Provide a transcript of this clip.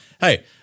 Hey